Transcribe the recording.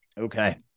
Okay